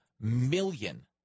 million